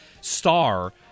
star